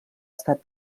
estat